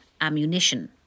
ammunition